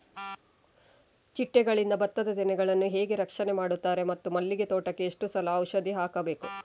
ಚಿಟ್ಟೆಗಳಿಂದ ಭತ್ತದ ತೆನೆಗಳನ್ನು ಹೇಗೆ ರಕ್ಷಣೆ ಮಾಡುತ್ತಾರೆ ಮತ್ತು ಮಲ್ಲಿಗೆ ತೋಟಕ್ಕೆ ಎಷ್ಟು ಸಲ ಔಷಧಿ ಹಾಕಬೇಕು?